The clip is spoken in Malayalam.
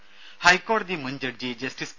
രുര ഹൈക്കോടതി മുൻ ജഡ്ജി ജസ്റ്റിസ് പി